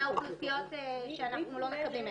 מהאוכלוסיות שאנחנו לא מקבלים מהן.